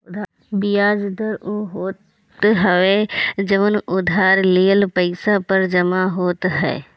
बियाज दर उ होत हवे जवन उधार लिहल पईसा पे जमा होत हवे